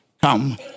come